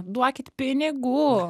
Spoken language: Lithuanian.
duokit pinigų